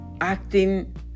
acting